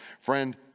Friend